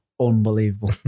unbelievable